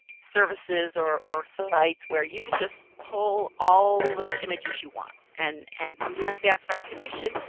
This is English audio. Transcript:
services or or sites where you can just pull all the images you want. and and sometimes they ask for attribution,